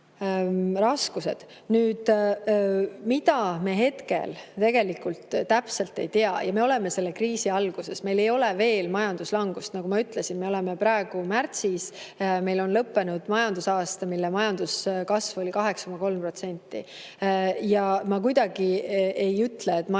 raskused. Nüüd, mida me hetkel veel täpselt ei tea? Me oleme selle kriisi alguses, meil ei ole veel majanduslangust. Nagu ma ütlesin, me oleme praegu märtsis, meil on lõppenud majandusaasta, mille majanduskasv oli 8,3%. Ma kuidagi ei ütle, et majanduslangust